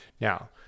now